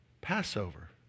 Passover